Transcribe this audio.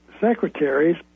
secretaries